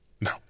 No